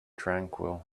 tranquil